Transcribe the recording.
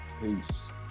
peace